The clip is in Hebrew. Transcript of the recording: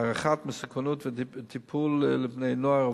הערכת מסוכנות וטיפול לבני-נוער אובדניים,